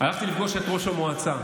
הלכתי לפגוש את ראש המועצה.